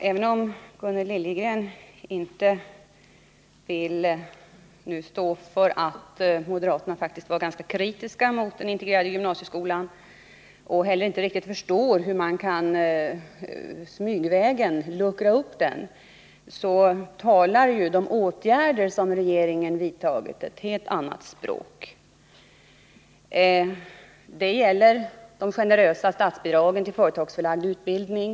Fru talman! Gunnel Liljegren vill inte nu stå för att moderaterna faktiskt var ganska kritiska till den integrerade gymnasieskolan. Hon säger sig inte heller riktigt förstå hur man smygvägen kan luckra upp den. Men de åtgärder som regeringen har vidtagit talar ett helt annat språk. Det gäller de generösa statsbidragen till företagsförlagd utbildning.